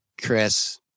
Chris